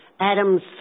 Adam's